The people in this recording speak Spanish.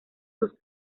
sus